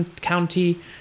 County